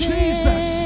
Jesus